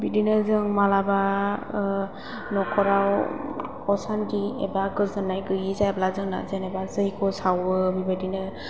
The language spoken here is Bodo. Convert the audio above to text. बिदिनो जों माब्लाबा नखराव असान्थि एबा गोजोन्नाय गैयै जाब्ला जोंना जेनबा जैग' सावो बिबादिनो